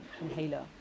inhaler